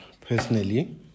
Personally